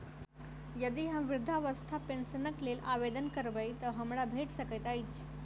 यदि हम वृद्धावस्था पेंशनक लेल आवेदन करबै तऽ हमरा भेट सकैत अछि?